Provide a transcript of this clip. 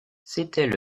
c’était